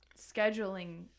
scheduling